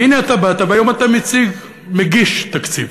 והנה אתה באת, והיום אתה מציג, מגיש תקציב,